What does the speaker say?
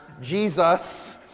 Jesus